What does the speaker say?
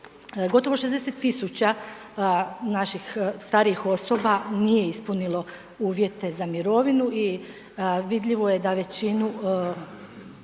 Gotovo 60 tisuća naših starijih osoba nije ispunilo uvjete za mirovinu i vidljivo je da većinu